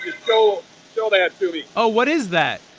you so show that to me? oh, what is that?